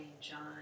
John